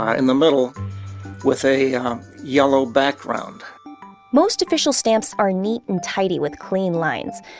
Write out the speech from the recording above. ah in the middle with a um yellow background most official stamps are neat and tidy with clean lines,